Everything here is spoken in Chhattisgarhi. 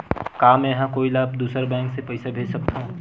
का मेंहा कोई ला दूसर बैंक से पैसा भेज सकथव?